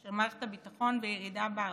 של מערכת הביטחון וירידה בהרתעה.